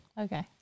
Okay